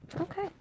Okay